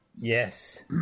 Yes